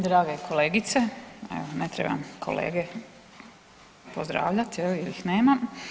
Drage kolegice, evo ne trebam kolege pozdravljati jer ih nema.